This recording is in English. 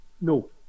No